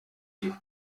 kurira